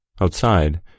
Outside